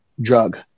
drug